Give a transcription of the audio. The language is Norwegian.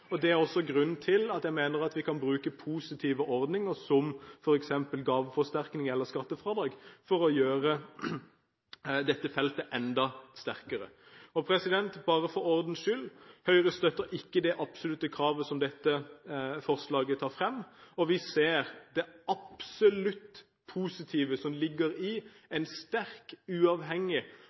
og det er også grunnen til at jeg mener at vi kan bruke positive ordninger, som f.eks. gaveforsterkning eller skattefradrag, for å gjøre dette feltet enda sterkere. Bare for ordens skyld: Høyre støtter ikke det absolutte kravet som dette forslaget tar frem. Men vi ser absolutt det positive som ligger i en sterk, uavhengig